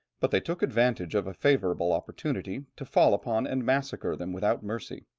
but they took advantage of a favourable opportunity, to fall upon and massacre them without mercy.